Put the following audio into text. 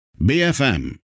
BFM